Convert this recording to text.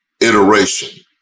iteration